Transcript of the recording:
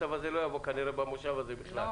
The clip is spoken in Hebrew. הצו הזה לא יבוא כנראה במושב הזה בכלל.